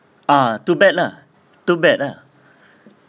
ah too bad lah too bad ah